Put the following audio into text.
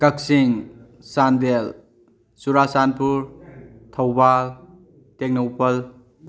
Kakching Chandel Churachandpur Thoubal Tengnoupal